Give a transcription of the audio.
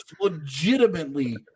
legitimately